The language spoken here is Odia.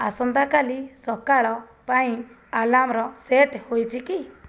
ଆସନ୍ତାକାଲି ସକାଳ ପାଇଁ ଆଲାର୍ମର ସେଟ୍ ହୋଇଛି କି